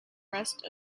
rest